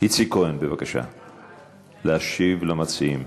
איציק כהן, בבקשה, להשיב למציעים.